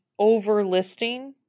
overlisting